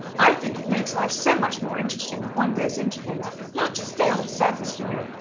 i think it makes life so much more interesting if one goes into things not just stay on the surface, you know,